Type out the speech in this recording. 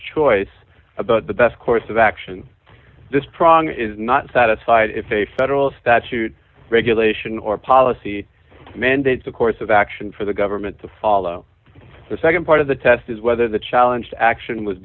choice about the best course of action this prong is not satisfied if a federal statute regulation or policy mandates a course of action for the government to follow the nd part of the test is whether the challenge to action was